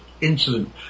incident